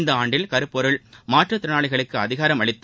இவ்வாண்டின் கருப்பொருள் மாற்றுத் திறனாளிகளுக்கு அதிகாரம் அளித்து